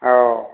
औ